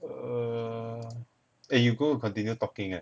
err eh you going to continue talking eh